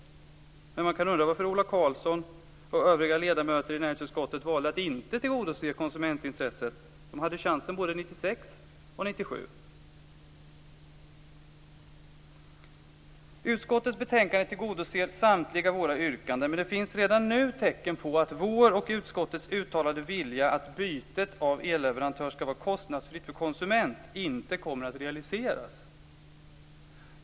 Men man kan undra varför Ola Karlsson och övriga ledamöter i näringsutskottet valde att inte tillgodose konsumentintresset när de hade chansen Utskottets betänkande tillgodoser samtliga våra yrkanden. Det finns dock redan nu tecken på att vår och utskottets uttalade vilja att bytet av elleverantör skall vara kostnadsfritt för konsument inte kommer att realiseras.